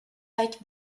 pike